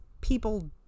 people